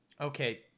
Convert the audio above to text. Okay